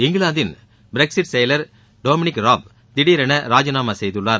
இங்கிலாந்தின் பிரக்ஸிட் செயலர் Dominic Raab திடீரென ராஜினாமா செய்துள்ளார்